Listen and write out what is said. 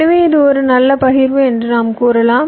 எனவே இது ஒரு நல்ல பகிர்வு என்று நாம் கூறலாம்